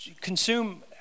consume